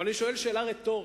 אבל אני שואל שאלה רטורית.